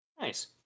nice